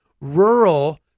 rural